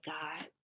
God